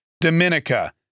Dominica